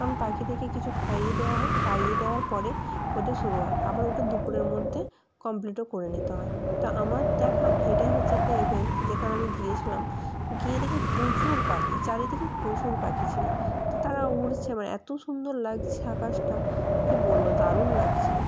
কারণ পাখিদেরকে কিছু খাইয়ে দেওয়া হয় খাইয়ে দেওয়ার পরে ওটা শুরু হয় আবার ওটা দুপুরের মধ্যে কমপ্লিটও করে নিতে হয় তা আমার দেখা এটাই হচ্ছে একটা ইভেন্ট যেখানে আমি গিয়েছিলাম গিয়ে দেখি প্রচুর পাখি চারিদিকে প্রচুর পাখি ছিল তো তারা উড়ছে মানে এতো সুন্দর লাগছে আকাশটা কী বলবো দারুণ লাগছিল